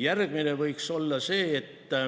Järgmine põhjus võiks olla see, et